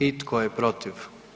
I tko je protiv?